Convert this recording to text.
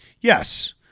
yes